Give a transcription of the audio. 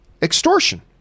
Extortion